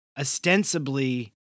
ostensibly